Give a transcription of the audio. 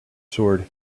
sword